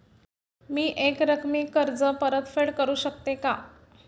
मी एकरकमी कर्ज परतफेड करू शकते का?